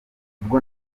ubwo